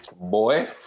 Boy